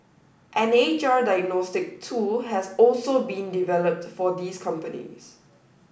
an H R diagnostic tool has also been developed for these companies